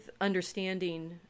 understanding